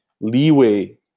leeway